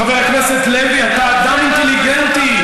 חבר הכנסת לוי, אתה אדם אינטליגנטי.